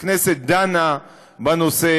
הכנסת דנה בנושא,